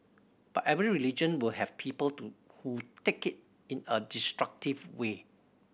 but every religion will have people to who take it in a destructive way